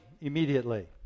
immediately